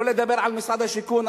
שלא לדבר על משרד השיכון.